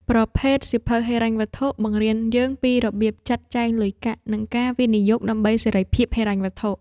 ប្រភេទសៀវភៅហិរញ្ញវត្ថុ បង្រៀនយើងពីរបៀបចាត់ចែងលុយកាក់ និងការវិនិយោគដើម្បីសេរីភាពហិរញ្ញវត្ថុ។